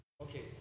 Okay